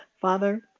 Father